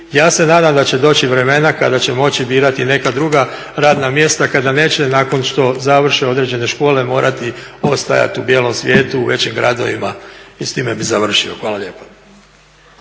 Ja se nadam da će doći vremena kada će moći birati neka druga radna mjesta, kada neće nakon što završe određene škole morati ostajati u bijelom svijetu, u većim gradovima i s time bih završio. Hvala lijepa.